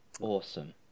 Awesome